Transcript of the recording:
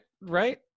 right